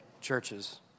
churches